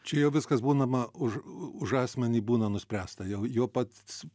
čia jau viskas būna ma už už asmenį būna nuspręsta jau jo pats